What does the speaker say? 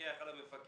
ומפקח על המפקח.